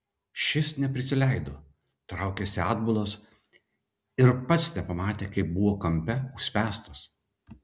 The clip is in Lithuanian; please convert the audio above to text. šis neprisileido traukėsi atbulas ir pats nepamatė kaip buvo kampe užspęstas